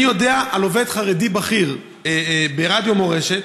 אני יודע על עובד חרדי בכיר ברדיו מורשת